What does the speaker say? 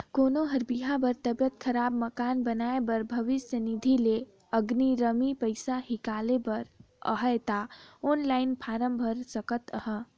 कोनो ल बिहा बर, तबियत खराब, मकान बनाए बर भविस निधि ले अगरिम पइसा हिंकाले बर अहे ता ऑनलाईन फारम भइर सकत अहे